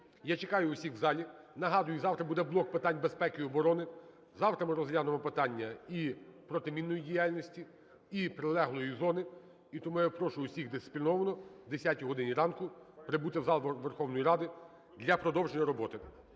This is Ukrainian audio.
я чекаю всіх у залі. Нагадую, завтра буде блок питань безпеки і оборони. Завтра ми розглянемо питання і протимінної діяльності, і прилеглої зони. І тому я прошу всіх дисципліновано о 10 годині ранку прибути в зал Верховної Ради для продовження роботи.